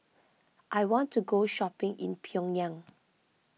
I want to go shopping in Pyongyang